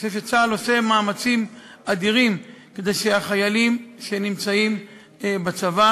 אני חושב שצה"ל עושה מאמצים אדירים כדי שהחיילים שנמצאים בצבא